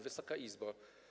Wysoka Izbo!